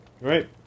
Right